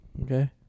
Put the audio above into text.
Okay